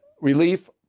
relief